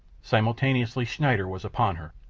simultaneously schneider was upon her.